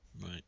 Right